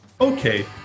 okay